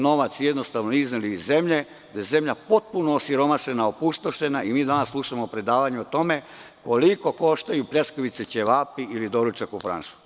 Novac su jednostavno izneli iz zemlje, zemlja je potpuno osiromašena, opustošena i mi danas slušamo predavanja o tome koliko koštaju pljeskavice, ćevapi ili doručak u „Franšu“